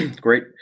Great